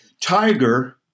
Tiger